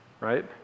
right